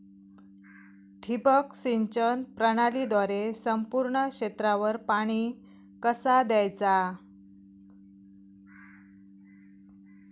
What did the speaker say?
ठिबक सिंचन प्रणालीद्वारे संपूर्ण क्षेत्रावर पाणी कसा दयाचा?